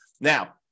now